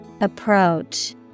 Approach